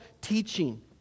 teaching